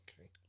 Okay